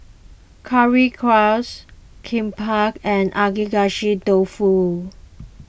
Currywurst Kimbap and Agedashi Dofu